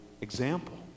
example